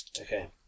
Okay